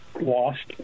lost